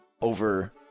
over